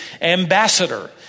ambassador